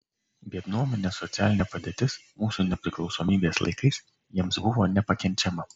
biednuomenės socialinė padėtis mūsų nepriklausomybės laikais jiems buvo nepakenčiama